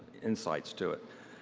insights to it.